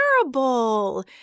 terrible